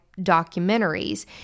documentaries